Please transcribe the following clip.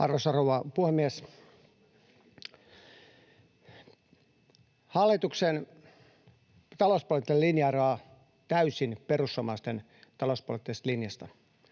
Arvoisa rouva puhemies! Hallituksen talouspoliittinen linja eroaa täysin perussuomalaisten talouspoliittisesta linjasta.